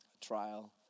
trial